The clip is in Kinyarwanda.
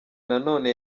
nanone